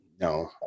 No